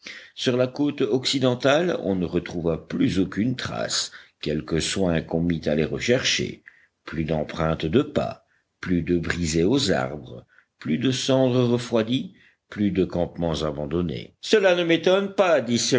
sur la côte occidentale on ne retrouva plus aucunes traces quelque soin qu'on mît à les rechercher plus d'empreintes de pas plus de brisées aux arbres plus de cendres refroidies plus de campements abandonnés cela ne m'étonne pas